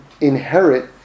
inherit